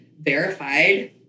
verified